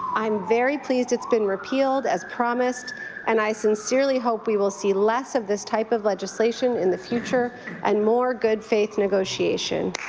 i'm very pleased it's been repealed as promised and i sincerely hope we will see less of this type of legislation in the future and more good faith negotiation.